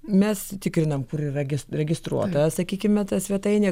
mes tikrinam kur yra registruota sakykime ta svetainė